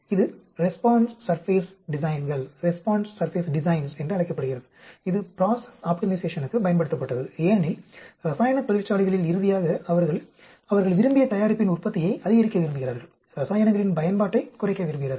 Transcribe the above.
இது response surface டிசைன்கள் என்று அழைக்கப்படுகிறது இது ப்ரோசஸ் ஆப்டிமைசேஷனுக்குப் பயன்படுத்தப்பட்டது ஏனெனில் ரசாயனத் தொழிற்சாலைகளில் இறுதியாக அவர்கள் அவர்கள் விரும்பிய தயாரிப்பின் உற்பத்தியை அதிகரிக்க விரும்புகிறார்கள் ரசாயனங்களின் பயன்பாட்டைக் குறைக்க விரும்புகிறார்கள்